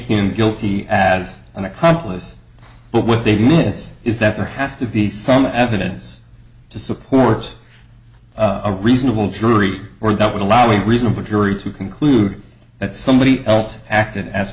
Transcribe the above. him guilty as an accomplice but what they did miss is that there has to be some evidence to support a reasonable jury or that would allow a reasonable jury to conclude that somebody else acted as